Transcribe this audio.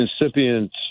incipient